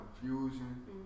confusion